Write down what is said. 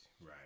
right